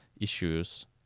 issues